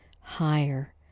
higher